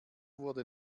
wurde